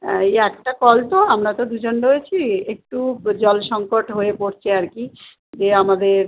হ্যাঁ এই একটা কল তো আমরা তো দুজন রয়েছি একটু জল সংকট হয়ে পড়ছে আর কি যে আমাদের